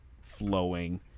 flowing